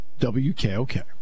WKOK